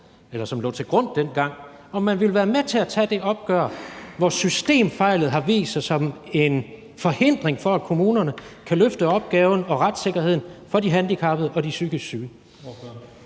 faktisk lå til grund dengang, så vil være med til at tage det opgør med den struktur, hvor systemfejl har vist sig som en forhindring for, at kommunerne kan løfte opgaven og sikre retssikkerheden for de handicappede og for de psykisk syge.